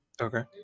okay